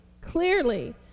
clearly